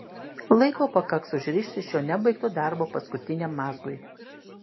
laiko pakaks užrišti šio nebaigto darbo paskutiniam mazgui